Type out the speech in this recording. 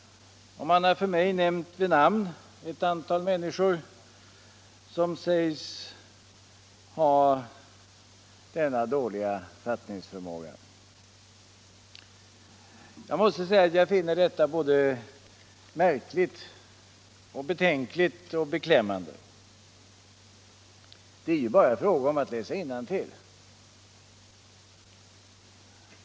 Man har för mig nämnt vid namn ett antal människor som sägs ha denna dåliga fattningsförmåga. Jag måste säga att jag finner detta både märkligt, betänkligt och beklämmande. Det är ju bara fråga om att läsa innantill!